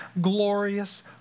glorious